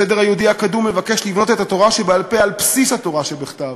הסדר היהודי הקדום מבקש לבנות את התורה שבעל-פה על בסיס התורה שבכתב,